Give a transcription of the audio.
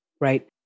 right